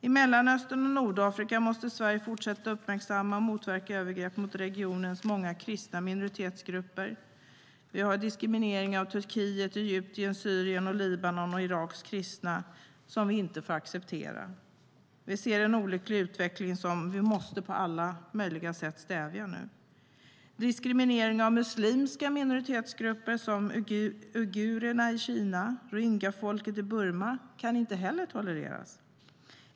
I Mellanöstern och Nordafrika måste Sverige fortsätta att uppmärksamma och motverka övergreppen mot regionens många kristna minoritetsgrupper. Vi har diskrimineringen av Turkiets, Egyptens, Syriens, Libanons och Iraks kristna som vi inte får acceptera. Vi ser en olycklig utveckling som vi på alla möjliga sätt måste stävja nu. Diskrimineringen av muslimska minoritetsgrupper, såsom uigurerna i Kina och rohingyafolket i Burma kan inte heller tolereras.